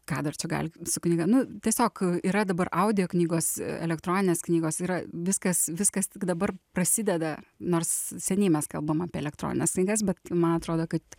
ką dar čia gali su knyga nu tiesiog yra dabar audioknygos elektroninės knygos yra viskas viskas tik dabar prasideda nors seniai mes kalbam apie elektronines knygas bet man atrodo kad